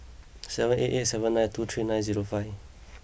seven eight eight seven nine two three nine zero five